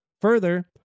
Further